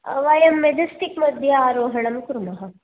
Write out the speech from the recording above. वयं मजेस्टिक् मध्ये आहरणं कुर्मः